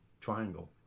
triangle